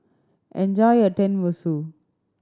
enjoy your Tenmusu